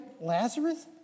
Lazarus